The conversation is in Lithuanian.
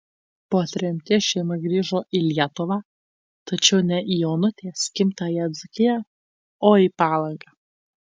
po tremties šeima grįžo į lietuvą tačiau ne į onutės gimtąją dzūkiją o į palangą